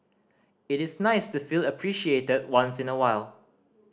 it is nice to feel appreciated once in a while